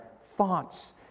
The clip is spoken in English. thoughts